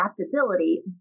adaptability